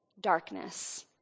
darkness